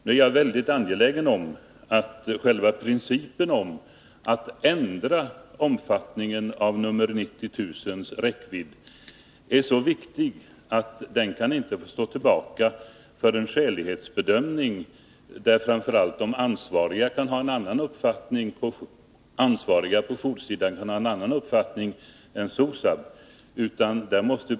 För mig är den principiella innebörden av en ändring av omfattningen av namnanropen genom telefonnummer 90 000 så viktig att den inte får stå tillbaka för en skälighetsbedömning, framför allt om de ansvariga på joursidan har en annan uppfattning än SOSAB.